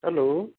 hello